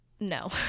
No